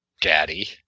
Daddy